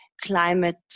climate